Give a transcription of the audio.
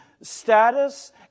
status